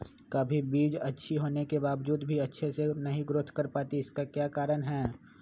कभी बीज अच्छी होने के बावजूद भी अच्छे से नहीं ग्रोथ कर पाती इसका क्या कारण है?